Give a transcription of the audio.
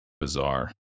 Bizarre